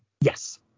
Yes